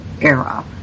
era